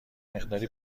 مقداری